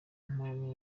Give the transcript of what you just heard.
mpamvu